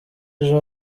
ejo